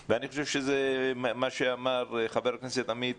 הוא ואני חושב שזה מה שאמר חבר הכנסת עמית